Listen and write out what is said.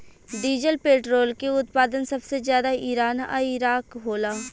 diesel petrol के उत्पादन सबसे ज्यादा ईरान आ इराक होला